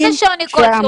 מה זה "שוני כלשהו"?